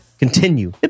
Continue